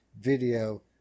video